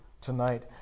tonight